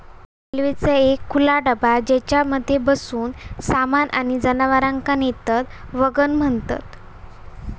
रेल्वेचो एक खुला डबा ज्येच्यामधसून सामान किंवा जनावरांका नेतत वॅगन म्हणतत